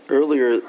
earlier